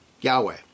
Yahweh